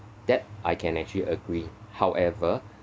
that I can actually agree however